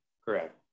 Correct